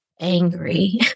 angry